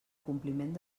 compliment